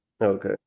Okay